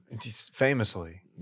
Famously